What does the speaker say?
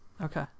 Okay